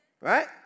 Right